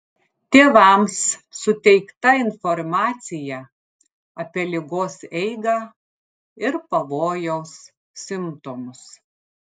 tėvams suteikta informacija apie ligos eigą ir pavojaus simptomus